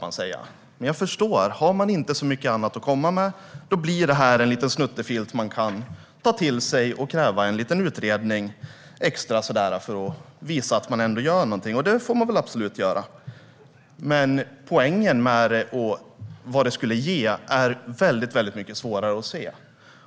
Men jag förstår; om man inte har särskilt mycket annat att komma med blir det här en liten snuttefilt som man kan ta till. Man kan kräva en liten, extra utredning för att visa att man ändå gör någonting. Det får man absolut göra. Men vad det skulle ge är svårt att se.